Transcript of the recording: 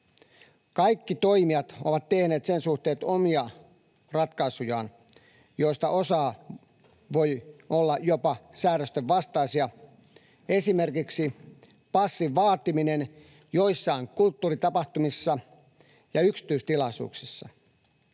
Kaikki toimijat ovat tehneet sen suhteen omia ratkaisujaan, joista osa voi olla jopa säädösten vastaisia, esimerkiksi passin vaatiminen joissain kulttuuritapahtumissa ja yksityistilaisuuksissa.